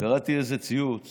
קראתי איזה ציוץ